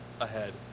ahead